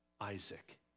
Isaac